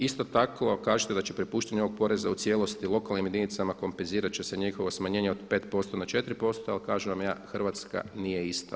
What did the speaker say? Isto tako ako kažete da ćete prepuštanje ovog poreza u cijelosti lokalnim jedinicama kompenzirat će se njihova smanjenje od 5% na 4% ali kažem vam ja Hrvatska nije ista.